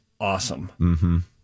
awesome